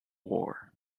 war